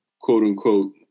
quote-unquote